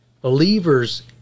believers